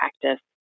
practice